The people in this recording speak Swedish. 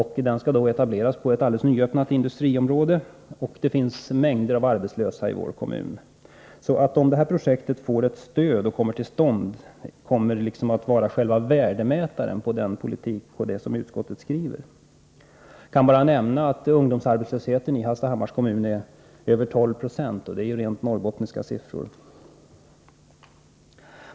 Den skall etableras på ett nyöppnat industriområde, och det finns mängder av arbetslösa i vår kommun. Om detta projekt får ett stöd och kommer till stånd, kommer det att vara själva värdemätaren på den politik regeringen föreslår och på det som utskottet skriver. Jag kan nämna att ungdomsarbetslösheten i Hallstahammars kommun överstiger 12 26, och det är ju rent norrbottniska siffror.